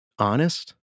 honest